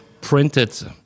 printed